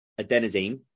adenosine